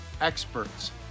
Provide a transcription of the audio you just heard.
experts